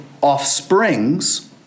offsprings